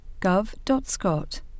gov.scot